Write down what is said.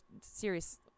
serious